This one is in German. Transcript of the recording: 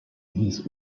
hieß